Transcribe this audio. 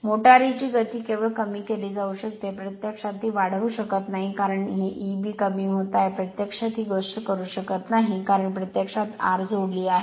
मोटारीची गती केवळ कमी केली जाऊ शकते प्रत्यक्षात ती वाढवू शकत नाही कारण हे एबी कमी होत आहे प्रत्यक्षात ही गोष्ट करू शकत नाही कारण प्रत्यक्षात आर जोडली आहे